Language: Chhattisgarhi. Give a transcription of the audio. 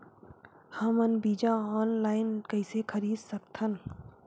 हमन बीजा ऑनलाइन कइसे खरीद सकथन?